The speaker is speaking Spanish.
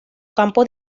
campo